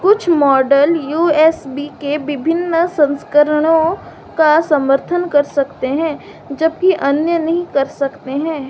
कुछ model U S B के विभिन्न संस्करणों का समर्थन कर सकते हैं जब कि अन्य नहीं कर सकते हैं